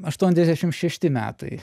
aštuoniasdešim šešti metai